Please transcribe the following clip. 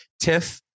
Tiff